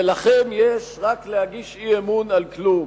ולכם יש רק להגיש אי-אמון על כלום,